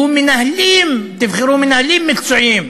תבחרו מנהלים מקצועיים,